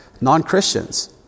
non-Christians